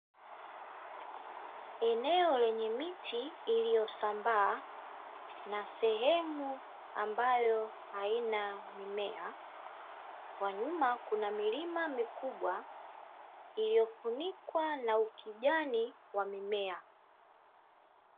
Eneo lenye miti iliyosambaa, na sehemu ambayo haina mimea. Kwa nyuma kuna milima mikubwa, iliyofunikwa na ukijani wa mimea.